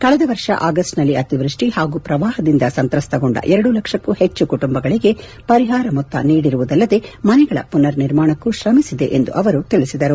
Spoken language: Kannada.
ಕಳೆದ ವರ್ಷ ಆಗಸ್ಟ್ನಲ್ಲಿ ಅತಿವೃಷ್ಟಿ ಹಾಗೂ ಪ್ರವಾಹದಿಂದ ಸಂತ್ರಸ್ತಗೊಂಡ ಎರಡು ಲಕ್ಷಕ್ಕೂ ಹೆಚ್ಚು ಕುಟುಂಬಗಳಿಗೆ ಪರಿಹಾರ ಮೊತ್ತ ನೀಡಿರುವುದಲ್ಲದೆ ಮನೆಗಳ ಮನರ್ ನಿರ್ಮಾಣಕ್ಕೂ ಶ್ರಮಿಸಿದೆ ಎಂದು ಅವರು ತಿಳಿಸಿದರು